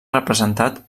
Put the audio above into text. representat